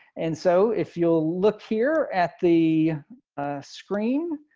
and so if you'll look here at the screen.